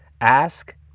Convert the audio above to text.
Ask